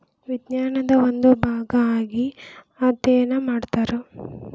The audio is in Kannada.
ವಿಜ್ಞಾನದ ಒಂದು ಭಾಗಾ ಆಗಿ ಅದ್ಯಯನಾ ಮಾಡತಾರ